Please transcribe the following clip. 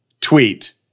tweet